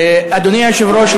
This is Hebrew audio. אדוני היושב-ראש,